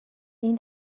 این